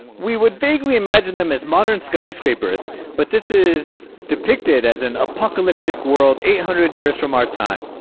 we would vaguely imagine them as modern skyscrapers but this is depicted as an apocalyptic world eight hundred years from our time